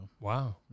wow